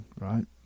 right